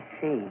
see